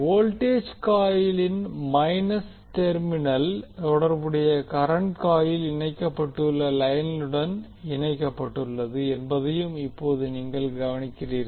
voltage காயிலின் plus minus terminal தொடர்புடைய current coil இணைக்கப்பட்டுள்ள லைனுடன் இணைக்கப்பட்டுள்ளது என்பதையும் இப்போது நீங்கள் கவனிக்கிறீர்கள்